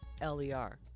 l-e-r